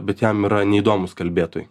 bet jam yra neįdomūs kalbėtojai